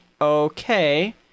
okay